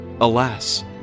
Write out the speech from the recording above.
Alas